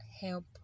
help